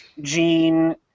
Gene